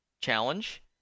challenge